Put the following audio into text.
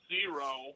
zero